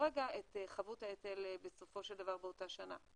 רגע את חבות ההיטל בסופו של דבר באותה שנה.